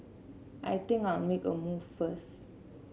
I think I'll make a move first